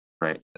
right